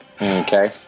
Okay